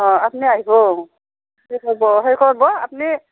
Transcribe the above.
অঁ আপুনি আহিব থিক আছে হ'ব হেৰি কৰিব আপুনি